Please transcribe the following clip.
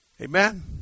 Amen